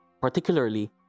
Particularly